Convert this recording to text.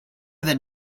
than